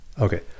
Okay